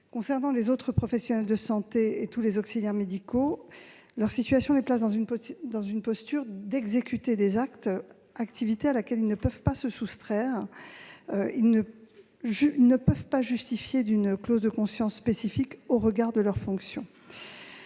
concerne les autres professions de santé et tous les auxiliaires médicaux, leur situation les place dans une posture d'exécuter des actes, activité à laquelle ils ne peuvent pas se soustraire. Ils ne peuvent pas justifier d'une clause de conscience spécifique au regard de leurs fonctions.